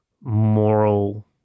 moral